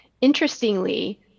Interestingly